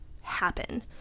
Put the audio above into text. happen